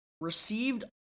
received